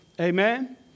Amen